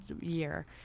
year